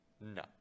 No